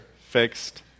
fixed